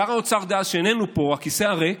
שר האוצר דאז, שאיננו פה, הכיסא הריק,